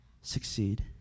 succeed